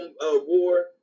war